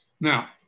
Now